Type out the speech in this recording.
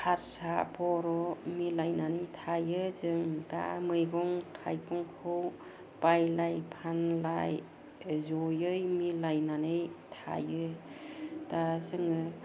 हारसा बर' मिलायनानै थायो जों दा मैगं थायगंखौ बायलाय फानलाय जयै मिलायनानै थायो दा जोङो